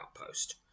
outpost